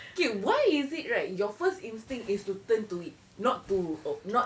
okay why is it right your first instinct is to turn to it not to aw~ not